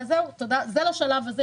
אז זהו לשלב הזה.